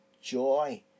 joy